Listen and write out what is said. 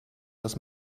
was